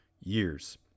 years